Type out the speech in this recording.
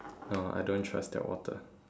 no I don't trust their water